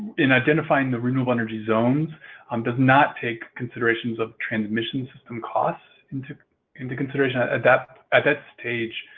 in identifying the renewable energy zones um does not take considerations of transmission system costs into into consideration at that at that stage.